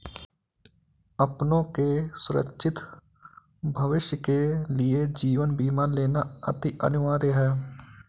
अपनों के सुरक्षित भविष्य के लिए जीवन बीमा लेना अति अनिवार्य है